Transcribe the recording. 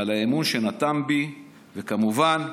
על האמון שנתן בי, וכמובן,